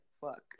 fuck